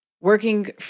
working